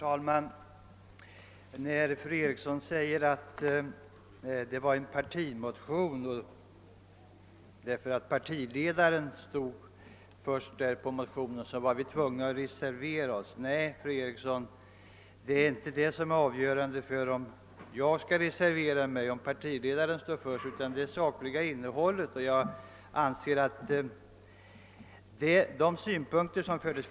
Herr talman! Fru Eriksson i Stockholm säger att vår motion var en partimotion, och att vi varit tvungna att reservera oss därför att partiledaren stod som första namn på den. Nej, fru Eriksson, det avgörande för huruvida jag skall reservera mig är inte om partiledaren står som första namn på motionen utan det är dess sakliga innehåll.